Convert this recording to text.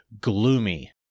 gloomy